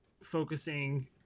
focusing